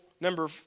number